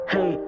Hey